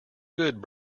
good